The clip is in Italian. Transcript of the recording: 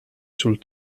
sul